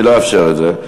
אני לא אאפשר את זה.